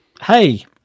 hey